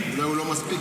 אולי הוא לא מספיק,